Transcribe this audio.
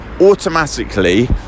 automatically